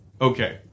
Okay